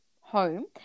home